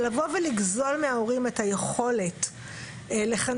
אבל לבוא ולגזול מההורים את היכולת לחנך